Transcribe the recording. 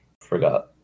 forgot